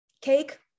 cake